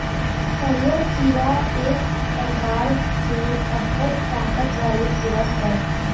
हरियर कीरा एक परकार के अब्बड़ ताकत वाले कीरा हरय